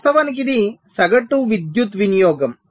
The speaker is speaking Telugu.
వాస్తవానికి ఇది సగటు విద్యుత్ వినియోగం